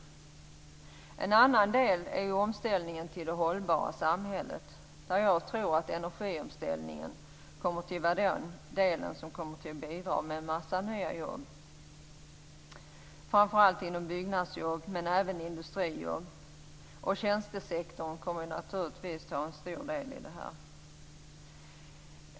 Det andra är omställningen till det hållbara samhället. Jag tror att energiomställningen kommer att vara det som bidrar till en mängd nya jobb. Det gäller framför allt byggnadsjobb men även industrijobb. Tjänstesektorn kommer naturligtvis också att ta en stor del.